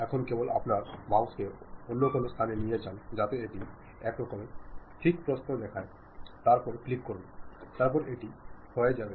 এখন কেবল আপনার মাউসকে অন্য কোনও স্থানে নিয়ে যান যাতে এটি একরকম থিক প্রস্থ দেখায় তারপরে ক্লিক করুনতারপর এটি হয়ে যাবে